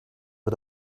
wir